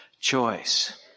choice